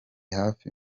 hafi